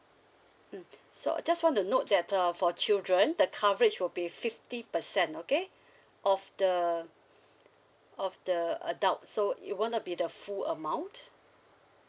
mm so just want to note that uh for children the coverage will be fifty percent okay of the of the adult so it will not be the full amount